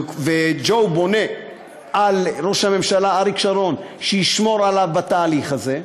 וג'ו בונה על ראש הממשלה אריק שרון שישמור עליו בתהליך הזה,